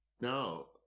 No